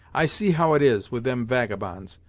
i see how it is, with them vagabonds.